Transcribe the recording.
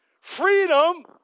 Freedom